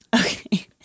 Okay